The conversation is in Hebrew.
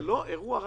זה לא אירוע רגיל.